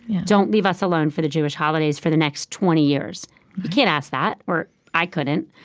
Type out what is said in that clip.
don't leave us alone for the jewish holidays for the next twenty years. you can't ask that. or i couldn't.